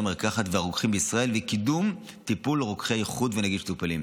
המרקחת והרוקחים בישראל וקידום טיפול רוקחי איכותי ונגישות למטופלים.